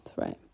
right